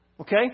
Okay